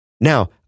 Now